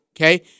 okay